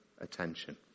attention